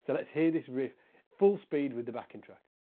so let's hear this riff full speed with the backing track.